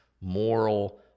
moral